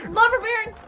lumber baron!